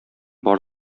бар